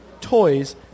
toys